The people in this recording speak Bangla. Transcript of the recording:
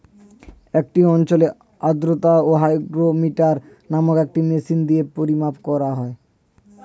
একটি অঞ্চলের আর্দ্রতা হাইগ্রোমিটার নামক একটি মেশিন দিয়ে পরিমাপ করা হয়